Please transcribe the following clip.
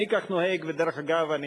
אני כך נוהג, ודרך אגב, אני